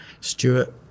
Stewart